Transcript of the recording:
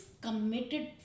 committed